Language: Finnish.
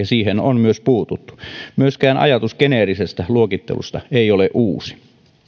siihen on myös puututtu myöskään ajatus geneerisestä luokittelusta ei ole uusi